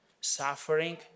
suffering